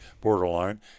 borderline